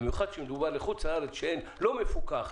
במיוחד כשמדובר בחוץ לארץ כשזה לא מפוקח,